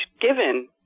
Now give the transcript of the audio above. given